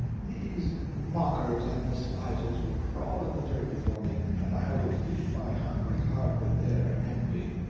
these mockers and despisers will crawl in the dirt before me, and i will feed my hungry heart with their envy.